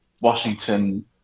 Washington